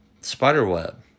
spiderweb